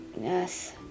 Yes